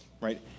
right